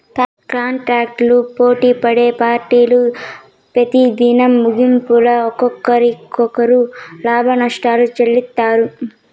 కాంటాక్టులు పోటిపడే పార్టీలు పెతిదినం ముగింపుల ఒకరికొకరు లాభనష్టాలు చెల్లిత్తారు